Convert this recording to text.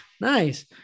Nice